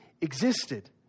existed